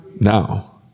Now